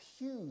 huge